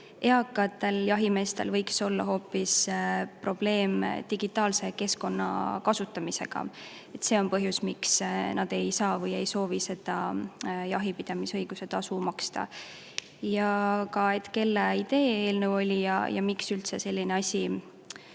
eakatel jahimeestel võiks olla hoopis probleem digitaalse keskkonna kasutamisega ja see on põhjus, miks nad ei saa või ei soovi seda jahipidamisõiguse tasu maksta? Kelle idee eelnõu oli ja miks üldse selline asi